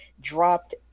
dropped